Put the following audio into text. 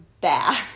bad